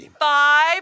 five